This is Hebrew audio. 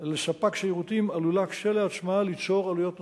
שירותים עלולה, כשלעצמה, ליצור עלויות נוספות.